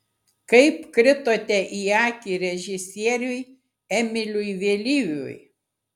kaip kritote į akį režisieriui emiliui vėlyviui